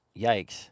yikes